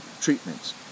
treatments